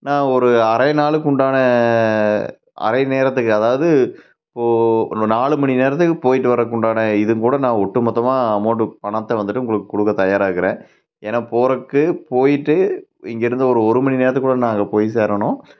நான் ஒரு அரை நாளுக்கு உண்டான அரை நேரத்துக்கு அதாவது இப்போது ஒரு நாலு மணி நேரத்துக்கு போய்ட்டு வர்றதுக்கு உண்டான இது கூட நான் ஒட்டுமொத்தமாக அமவுண்ட் பணத்தை வந்துவிட்டு உங்களுக்கு கொடுக்க தயாராக இருக்கிறேன் ஏன்னா போறதுக்கு போய்ட்டு இங்கேருந்து ஒரு ஒரு மணி நேரத்துக்குள்ளே நான் அங்கே போய் சேரணும்